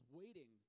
waiting